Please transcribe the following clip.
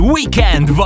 Weekend